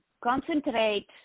Concentrate